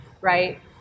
right